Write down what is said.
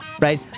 right